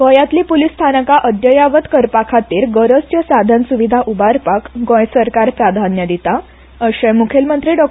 गोंयांतली पूलीस स्टेशनां अद्यायवत करपा खातीर गरज त्यो साधन सुविधा उबारपाक गोंय सरकार प्राधान्य दिता अशें मुखेलमंत्री डॉ